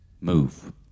move